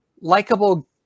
likable